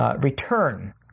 return